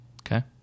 Okay